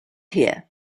here